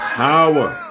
power